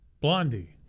Blondie